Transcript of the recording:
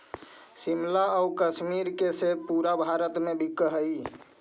शिमला आउ कश्मीर के सेब पूरे भारत में बिकऽ हइ